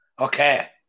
okay